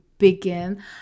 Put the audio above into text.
begin